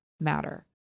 matter